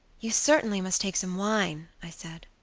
you certainly must take some wine, i said.